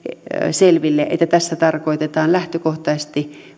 selville että tässä tarkoitetaan lähtökohtaisesti